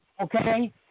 okay